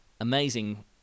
amazing